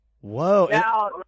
Whoa